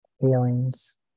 feelings